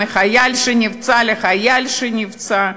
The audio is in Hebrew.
מחייל שנפצע לחייל שנפצע.